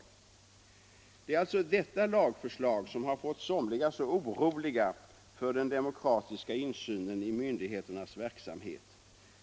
Det är alltså detta lagförslag som har fått somliga att bli så oroliga för den demokratiska insynen i myndigheternas verksamhet.